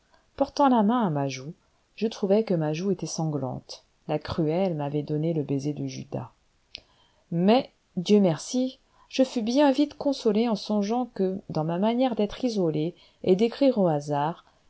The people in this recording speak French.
portant la main à ma joue je trouvai que ma joue était sanglante la cruelle m'avait donné le baiser de judas mais dieu merci je fus bien vite consolé en songeant que dans ma manière d'être isolé et d'écrire au hasard